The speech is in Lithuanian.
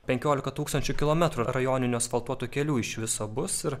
penkiolika tūkstančių kilometrų rajoninių asfaltuotų kelių iš viso bus ir